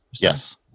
Yes